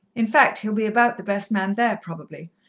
in fact, he'll be about the best man there probably,